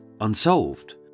unsolved